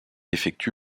effectue